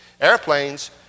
Airplanes